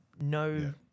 no